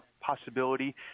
possibility